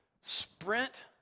sprint